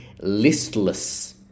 Listless